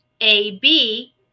AB